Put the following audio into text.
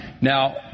Now